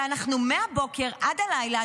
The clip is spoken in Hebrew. ומהבוקר עד הלילה,